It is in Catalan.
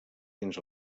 fins